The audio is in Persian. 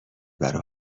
برا